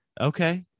Okay